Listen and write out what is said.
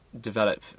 develop